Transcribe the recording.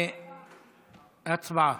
הצבעה.